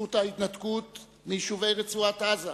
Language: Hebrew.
בזכות ההתנתקות מיישובי רצועת-עזה,